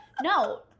No